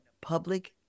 public